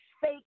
fake